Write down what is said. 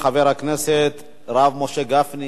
חבר הכנסת הרב משה גפני.